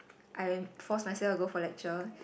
I'm force myself to go for lecture